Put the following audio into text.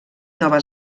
nova